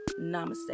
namaste